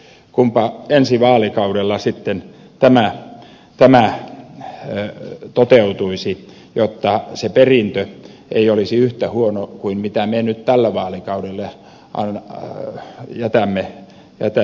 kunpa ensi vaalikaudella sitten tämä toteutuisi jotta se perintö ei olisi yhtä huono kuin mitä ne nyt tälle vaalikaudelle on ja tänne vetää